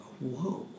Whoa